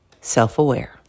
self-aware